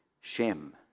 Shem